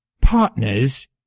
Partners